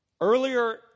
Earlier